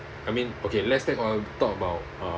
I mean okay let's tag on talk about uh